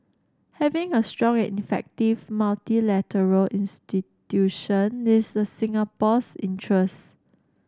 having a strong and effective multilateral institution is a Singapore's interest